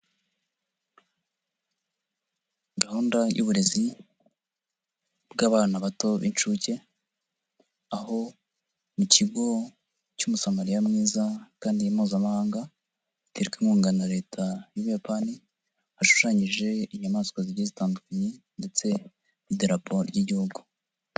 Gahunda y'uburezi bw'abana bato b'inshuke, aho mu kigo cy'Umusamariya mwiza kandi mpuzamahanga iterwa inkunga na Leta y'Ubuyapani, hashushanyije inyamaswa zigiye zitandukanye ndetse n'idarapo ry'Igihugu.